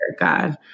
God